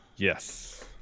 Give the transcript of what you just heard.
Yes